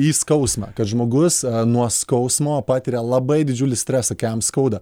į skausmą kad žmogus nuo skausmo patiria labai didžiulį stresą kai jam skauda